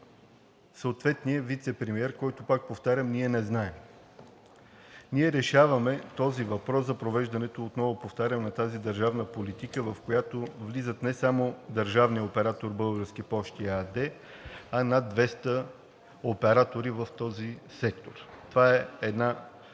съответния вицепремиер, който, пак повтарям, ние не знаем. Ние решаваме този въпрос за провеждането, отново повтарям, на тази държавна политика, в който влизат не само държавният оператор „Български пощи“ ЕАД, а над 200 оператора в този сектор. Това е една